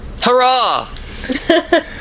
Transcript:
Hurrah